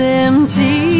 empty